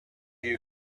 you